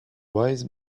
wise